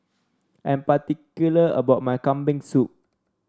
I'm particular about my Kambing Soup